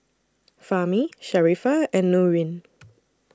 Fahmi Sharifah and Nurin